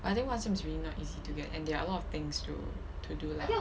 I think one sem is really not easy to get and there are a lot of things to to do lah